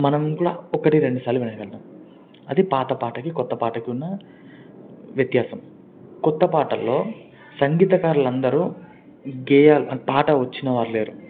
మనం కూడా ఒకటి రెండుసార్లు వినగలుగుతాం అదీ పాట పాటకి కొత్త పాటకి ఉన్న వ్యత్యాసం కొత్త పాటల్లో సంగీతకారులు అందరూ గేయాలు పాట వచ్చిన వాళ్లు లేరు